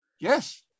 Yes